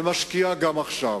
ומשקיעה גם עכשיו.